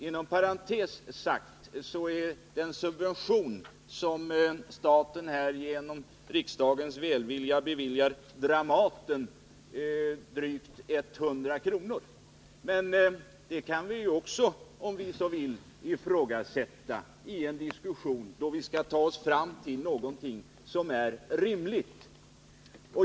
Inom parentes sagt, så är den subvention som staten genom riksdagens välvilja beviljar Dramaten drygt 100 kr. per biljett. Det kan vi ju också, om vi så vill, ifrågasätta i en diskussion då vi skall pröva om en kostnad är rimlig.